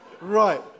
right